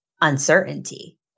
uncertainty